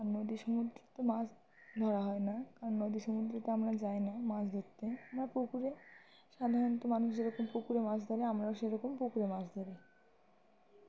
আর নদী সমুদ্রে তো মাছ ধরা হয় না কারণ নদী সমুদ্রেতে আমরা যাই না মাছ ধরতে আমরা পুকুরে সাধারণত মানুষ যেরকম পুকুরে মাছ ধরে আমরাও সেরকম পুকুরে মাছ ধরি